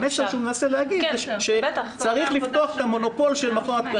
המסר שהוא מנסה להגיד זה שצריך לפתוח את המונופול של מכון התקנים.